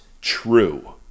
true